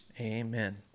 Amen